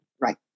Right